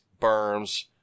berms